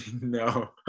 No